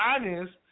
honest